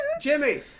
Jimmy